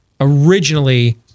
originally